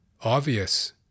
obvious